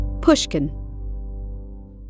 Pushkin